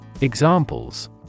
Examples